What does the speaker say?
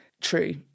true